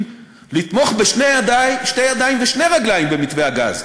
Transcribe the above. לתמוך בשתי ידיים ושתי רגליים במתווה הגז,